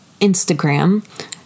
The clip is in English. instagram